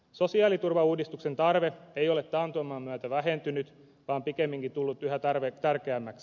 sosiaaliturvauudistuksen tarve ei ole taantuman myötä vähentynyt vaan pikemminkin tullut yhä tärkeämmäksi